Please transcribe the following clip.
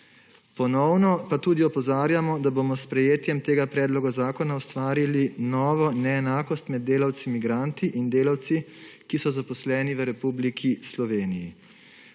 Ponovno pa tudi opozarjamo, da bomo s sprejetjem tega predloga zakona ustvarili novo neenakost med delavci migranti in delavci, ki so zaposleni v Republiki Sloveniji.